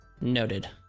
Noted